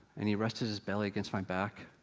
and he rested his belly against my back.